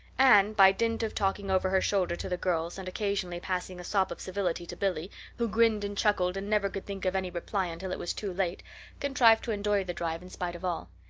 anne, by dint of talking over her shoulder to the girls and occasionally passing a sop of civility to billy who grinned and chuckled and never could think of any reply until it was too late contrived to enjoy the drive in spite of all.